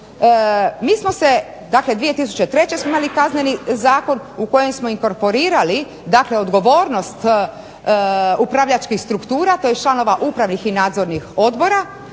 poene. Dakle 2003. smo imali Kazneni zakon u kojem smo inkorporirali odgovornost upravljačkih struktura tj. članova upravnih i nadzornih odbora.